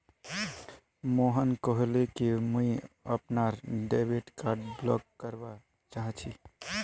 मोहन कहले कि मुई अपनार डेबिट कार्ड ब्लॉक करवा चाह छि